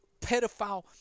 pedophile